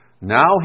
Now